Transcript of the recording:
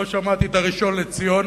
לא שמעתי את הראשון לציון